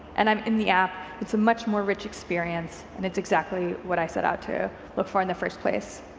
and i'm in the app, it's a much more rich experience and it's exactly what i set out to look for in the first place.